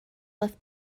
left